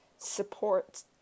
support